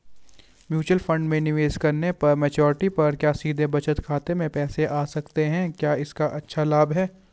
Mutual fund में निवेश करने पर मैच्योरिटी पर क्या सीधे बचत खाते में पैसे आ सकते हैं क्या इसका अच्छा लाभ है?